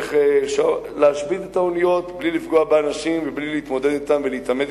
איך להשבית את האוניות בלי לפגוע באנשים ובלי להתמודד אתם ולהתעמת